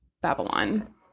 Babylon